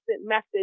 message